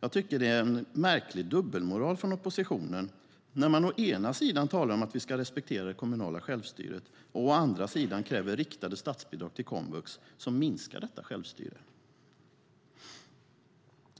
Jag tycker att det är en märklig dubbelmoral från oppositionen när man å ena sidan talar om att vi ska respektera det kommunala självstyret och å andra sidan kräver riktade statsbidrag till komvux som minskar detta självstyre.